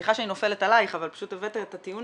סליחה שאני נופלת עליך אבל את פשוט הבאת את הטיעון